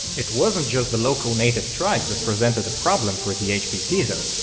it wasn't just the local native tribes that presented a problem for the hbc, though.